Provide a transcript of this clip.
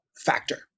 factor